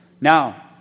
Now